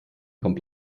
kommt